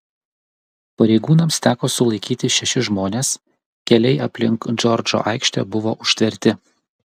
pareigūnams teko sulaikyti šešis žmones keliai aplink džordžo aikštę buvo užtverti